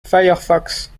firefox